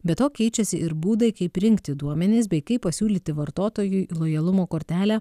be to keičiasi ir būdai kaip rinkti duomenis bei kaip pasiūlyti vartotojui lojalumo kortelę